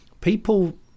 People